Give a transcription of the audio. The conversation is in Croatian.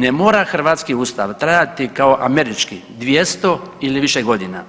Ne mora hrvatski Ustav trajati kao američki, 200 ili više godina,